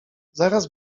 zaraz